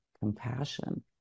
compassion